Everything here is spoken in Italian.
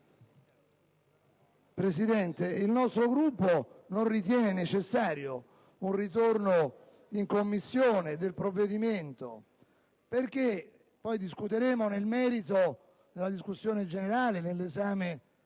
Presidente, il nostro Gruppo non ritiene necessario un ritorno in Commissione del provvedimento. Discuteremo nel merito nella discussione generale e nel